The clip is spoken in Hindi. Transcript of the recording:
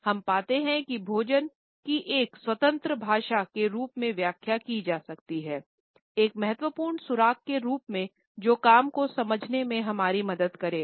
हम पते है कि भोजन की एक स्वतंत्र भाषा के रूप में व्याख्या की जा सकती हैं एक महत्वपूर्ण सुराग के रूप में जो काम को समझने में हमारी मदद करेगा